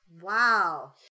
Wow